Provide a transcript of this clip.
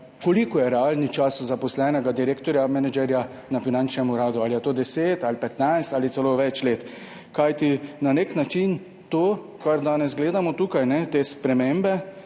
Koliko je realni čas zaposlenega direktorja, menedžerja na finančnem uradu, ali je to 10 ali 15 ali celo več let? Kajti na nek način to, kar danes gledamo tukaj, te spremembe